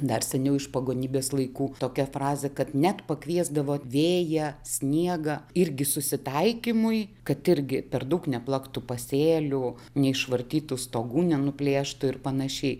dar seniau iš pagonybės laikų tokia frazė kad net pakviesdavo vėją sniegą irgi susitaikymui kad irgi per daug neplaktų pasėlių neišvartytų stogų nenuplėštų ir panašiai